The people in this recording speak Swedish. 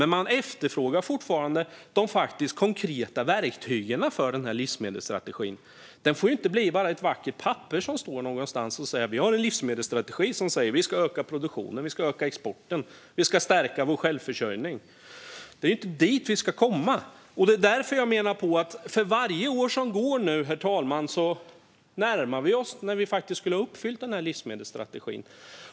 Men man efterfrågar fortfarande de faktiska konkreta verktygen för livsmedelsstrategin. Den får inte bli bara ett vackert papper någonstans där det står att vi har en livsmedelsstrategi enligt vilken vi ska öka produktionen, öka exporten och stärka vår självförsörjning. Det är inte dit vi ska komma. Herr talman! Jag menar därför att vi för varje år som går närmar oss den tidpunkt då vi ska ha uppfyllt den här livsmedelsstrategin.